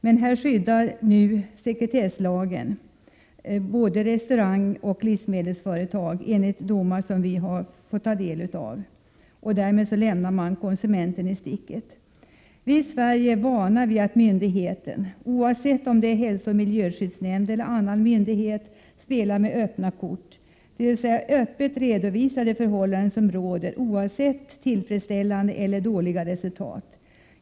Men här skyddar sekretesslagen både restauranger och livsmedelsföretag enligt domar som vi har fått ta del av. Därmed lämnar man konsumenten i sticket. Vi är i Sverige vana vid att myndigheten — oavsett om det är hälsooch miljöskyddsnämnden eller annan myndighet — spelar med öppna kort, dvs. öppet redovisar de förhållanden som råder, oavsett om det gäller tillfredsställande eller om det gäller dåliga resultat.